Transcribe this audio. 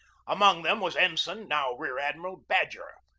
among them was ensign, now rear-admiral, badger,